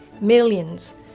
millions